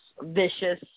vicious